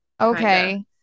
Okay